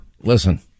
Listen